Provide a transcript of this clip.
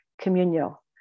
communal